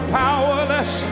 powerless